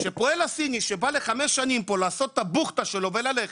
שפועל הסיני שבא לחמש שנים פה לעשות את הבוכטה שלו וללכת,